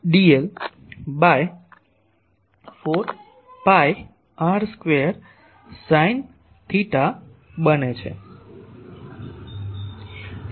dl by 4 pi r square sine theta બને છે